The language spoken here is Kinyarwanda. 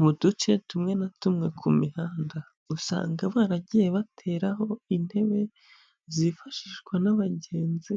Mu duce tumwe na tumwe ku mihanda, usanga baragiye bateraho intebe zifashishwa n'abagenzi